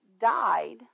died